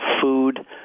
food